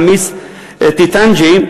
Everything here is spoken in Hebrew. חמיס טוטנג'י,